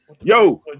Yo